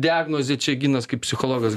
diagnozė čia ginas kaip psichologas